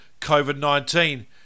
COVID-19